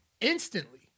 instantly